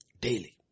Daily